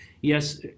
yes